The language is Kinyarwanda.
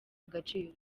agaciro